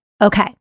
Okay